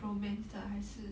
romance 的还是